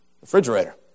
Refrigerator